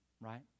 right